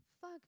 fuck